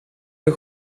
een